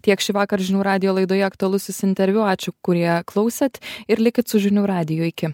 tiek šįvakar žinių radijo laidoje aktualusis interviu ačiū kurie klausėt ir likit su žinių radiju iki